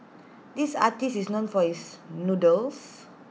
this artist is known for his noodles